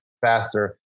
faster